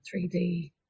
3D